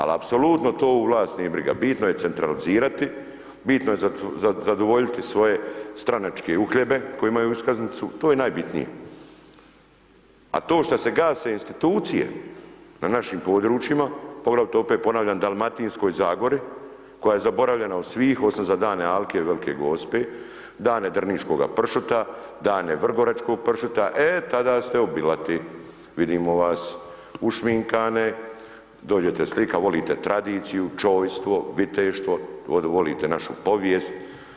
Al, apsolutno to ovu vlast nije briga, bitno je centralizirati, bitno je zadovoljiti svoje stranačke uhljebe koji imaju iskaznicu, to je najbitnije, a to šta se gase institucije na našim područjima, poglavito opet ponavljam Dalmatinskoj Zagori koja je zaboravljena od svih, osim za dane Alke i Velike Gospe, dane drniškoga pršuta, dane vrgoračkog pršuta, e, tada ste obilati, vidimo vas ušminkane, dođete slikat, volite tradiciju, čojstvo, viteštvo, volite našu povijest.